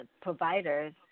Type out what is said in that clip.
providers